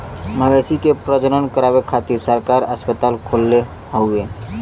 मवेशी के प्रजनन करावे खातिर सरकार अस्पताल खोलले हउवे